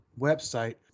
website